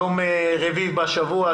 יום רביעי בשבוע,